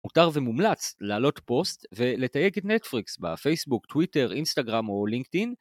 מותר ומומלץ להעלות פוסט ולתייג את NETfrix בפייסבוק, טוויטר, אינסטגרם או לינקדאין.